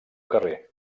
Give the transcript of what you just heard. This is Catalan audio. carrer